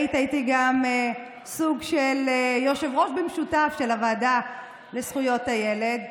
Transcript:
היית איתי גם סוג של יושב-ראש במשותף של הוועדה לזכויות הילד.